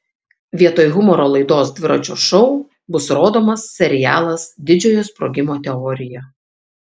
vietoj humoro laidos dviračio šou bus rodomas serialas didžiojo sprogimo teorija